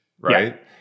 right